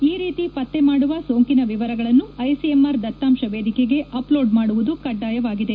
ಈ ರೀತಿ ಪತ್ರೆ ಮಾಡುವ ಸೋಂಕಿನ ವಿವರಗಳನ್ನು ಐಸಿಎಂಆರ್ ದತ್ತಾಂಶ ವೇದಿಕೆಗೆ ಆಪ್ಲೋಡ್ ಮಾಡುವುದು ಕಡ್ಡಾಯವಾಗಿದೆ